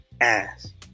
ass